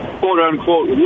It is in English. quote-unquote